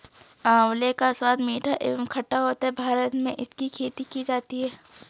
आंवले का स्वाद मीठा एवं खट्टा होता है भारत में इसकी खेती की जाती है